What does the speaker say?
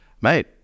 Mate